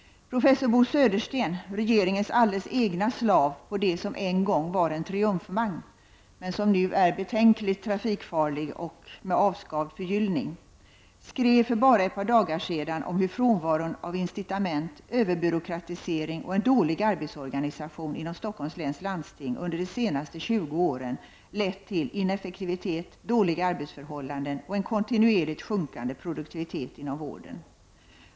Professor Bo Södersten, regeringens alldeles egna slav på det som en gång var en triumfvagn, men nu betänkligt trafikfarlig och med avskavd förgyllning, skrev för bara ett par dagar sedan om hur frånvaron av incitament, överbyråkratisering och en dålig arbetsorganisation inom Stockholms läns landsting under de senaste 20 åren lett till ineffektivitet, dåliga arbetsförhållanden och en kontinuerligt sjunkande produktivitet inom vården.